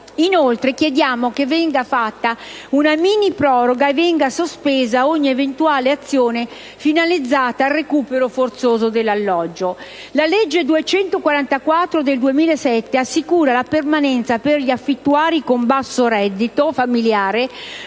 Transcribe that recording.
Inoltre chiediamo che venga fatta una miniproroga e venga sospesa ogni eventuale azione finalizzata al recupero forzoso dell'alloggio. La legge n. 244 del 2007 assicura la permanenza per gli affittuari con basso reddito familiare,